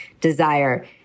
desire